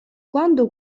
quando